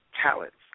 talents